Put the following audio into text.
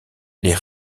les